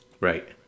Right